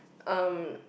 um